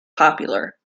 popular